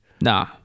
Nah